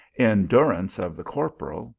in durance of the cor poral,